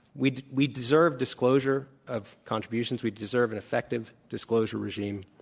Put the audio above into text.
we we deserve disclosure of contributions. we deserve an effective disclosure regime.